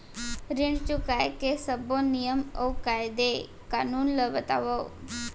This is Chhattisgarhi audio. ऋण चुकाए के सब्बो नियम अऊ कायदे कानून ला बतावव